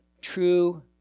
true